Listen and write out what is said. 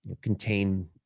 contain